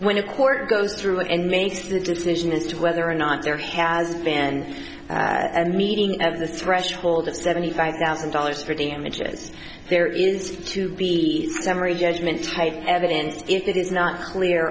when a court goes through and makes the decision as to whether or not there has been a meeting of the threshold of seventy five thousand dollars for damages there is to be summary judgment type evidence it is not clear